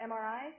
MRI